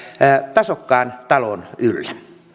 tasokkaan talon yllä